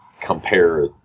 compare